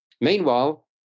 Meanwhile